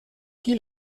qui